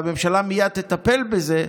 והממשלה מייד תטפל בזה,